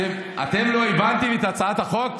אתם לא הבנתם את הצעת החוק?